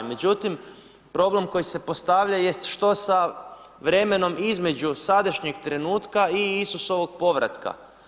Međutim, problem koji se postavlja jest što sa vremenom između sadašnjeg trenutka i Isusovog povratka.